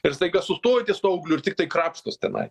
ir staiga sustoja ties tuo augliu ir tiktai krapštos tenai